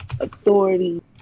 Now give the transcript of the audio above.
authority